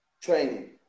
Training